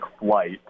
flight